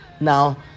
Now